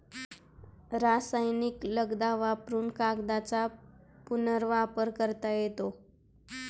रासायनिक लगदा वापरुन कागदाचा पुनर्वापर करता येतो